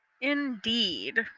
Indeed